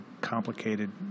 complicated